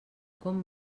com